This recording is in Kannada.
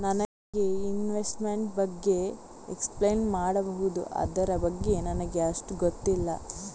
ನನಗೆ ಇನ್ವೆಸ್ಟ್ಮೆಂಟ್ ಬಗ್ಗೆ ಎಕ್ಸ್ಪ್ಲೈನ್ ಮಾಡಬಹುದು, ಅದರ ಬಗ್ಗೆ ನನಗೆ ಅಷ್ಟು ಗೊತ್ತಿಲ್ಲ?